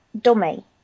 dummy